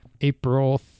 april